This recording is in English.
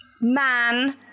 man